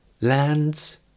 lands